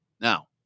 Now